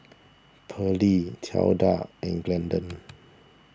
Pearlie Tilda and Glendon